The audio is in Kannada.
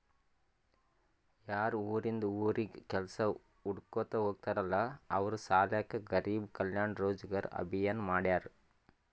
ಯಾರು ಉರಿಂದ್ ಉರಿಗ್ ಕೆಲ್ಸಾ ಹುಡ್ಕೋತಾ ಹೋಗ್ತಾರಲ್ಲ ಅವ್ರ ಸಲ್ಯಾಕೆ ಗರಿಬ್ ಕಲ್ಯಾಣ ರೋಜಗಾರ್ ಅಭಿಯಾನ್ ಮಾಡ್ಯಾರ್